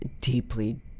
deeply